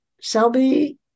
Selby